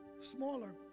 smaller